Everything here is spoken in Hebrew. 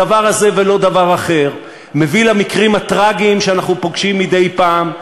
הדבר הזה ולא דבר אחר מביא למקרים הטרגיים שאנחנו פוגשים מדי פעם,